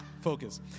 focus